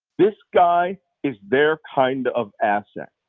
this guy is their kind of asset.